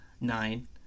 nine